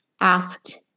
asked